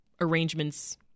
arrangements